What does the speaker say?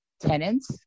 tenants